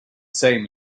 same